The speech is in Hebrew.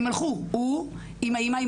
הם הלכו הוא עם האימא,